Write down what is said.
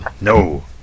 No